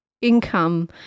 income